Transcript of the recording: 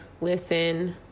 listen